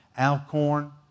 Alcorn